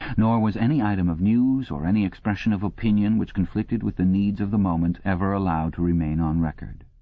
nor was any item of news, or any expression of opinion, which conflicted with the needs of the moment, ever allowed to remain on record.